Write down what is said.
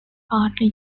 partly